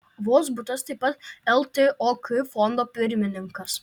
vozbutas taip pat ltok fondo pirmininkas